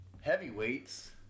heavyweights